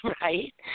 Right